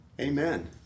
Amen